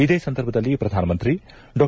ಇದೇ ಸಂದರ್ಭದಲ್ಲಿ ಪ್ರಧಾನಮಂತ್ರಿ ಡಾ